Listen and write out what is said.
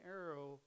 arrow